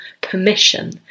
permission